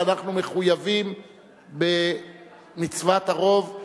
ואנחנו מחויבים במצוות הרוב,